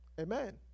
Amen